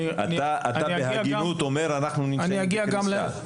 אתה בהגינות אומר אנחנו נמצאים בקריסה.